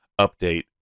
update